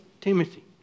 Timothy